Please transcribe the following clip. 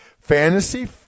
Fantasy